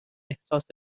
احساس